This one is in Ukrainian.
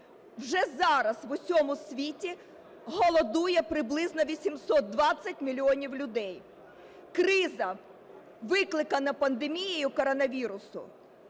вже зараз в усьому світі голодує приблизно 820 мільйонів людей. Криза викликана пандемією коронавірусу,